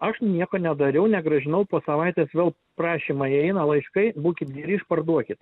aš nieko nedariau negrąžinau po savaitės vėl prašymai eina laiškai būkit geri išparduokit